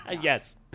Yes